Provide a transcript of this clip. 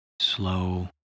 slow